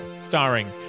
starring